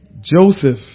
Joseph